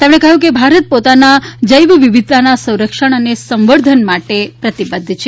તેમણે કહ્યું કે ભારત પોતાની જૈવ વિવિધતાના સંરક્ષણ અને સંવર્ધન માટે પ્રતિબધ્ધ છે